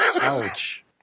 ouch